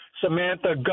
Samantha